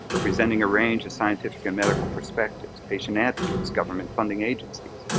representing a range of scientific and medical perspectives, patient advocates, government funding agencies,